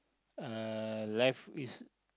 uh life is